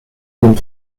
den